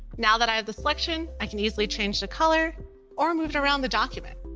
now that i have the selection, i can easily change the color or move it around the document.